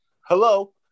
hello